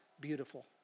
beautiful